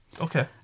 Okay